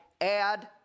Add